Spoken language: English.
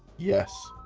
yes.